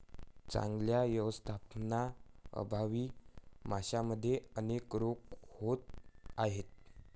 चांगल्या व्यवस्थापनाअभावी माशांमध्ये अनेक रोग होत आहेत